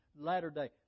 Latter-day